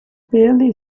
barely